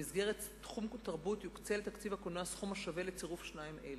במסגרת תחום התרבות יוקצה לתקציב הקולנוע סכום השווה לצירוף שניים אלה: